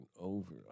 over